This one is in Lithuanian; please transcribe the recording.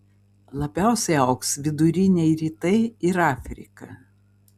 labiausiai augs viduriniai rytai ir afrika